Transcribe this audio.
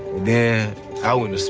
then i went